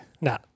No